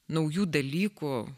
naujų dalykų